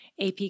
AP